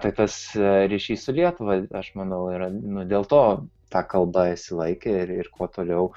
tai tas ryšys su lietuva aš manau yra dėl to ta kalba išsilaikė ir ir kuo toliau